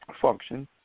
function